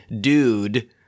dude